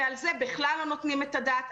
ועל זה בכלל לא נותנים את הדעת.